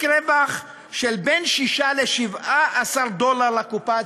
רווח של בין 6 ל-17 דולר לקופה הציבורית,